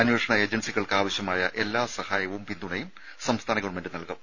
അന്വേഷണ ഏജൻസികൾക്ക് ആവശ്യമായ എല്ലാ സഹായവും പിന്തുണയും സംസ്ഥാന ഗവൺമെന്റ് നൽകും